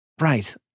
Right